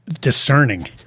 discerning